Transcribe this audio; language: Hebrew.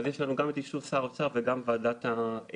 ויש לנו גם את אישור שר האוצר וגם ועדת המומחים.